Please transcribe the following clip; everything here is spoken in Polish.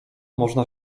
można